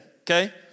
okay